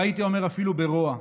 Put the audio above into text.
והייתי אומר, אפילו ברוע.